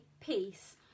peace